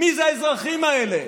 מי זה האזרחים האלה?